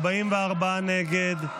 44 נגד.